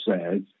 says